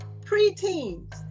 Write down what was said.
Pre-teens